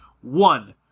one